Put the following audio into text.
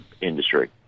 industry